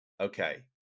okay